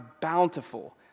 bountiful